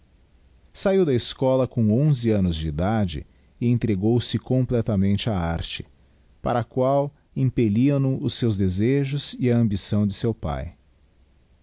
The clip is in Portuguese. sahiu da escola com onze annos de idade e entregou-se completamente á arte para a qual impelliam no os seus desejos e a ambição de seu pae